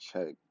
Check